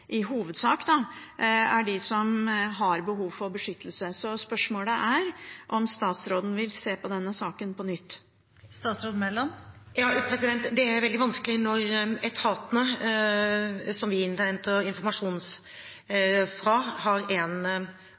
i hovedsak – er de som har behov for beskyttelse. Så spørsmålet er om statsråden vil se på denne saken på nytt. Det er veldig vanskelig når etatene, som vi innhenter informasjon fra, har én opplevelse, og de som rådgir, en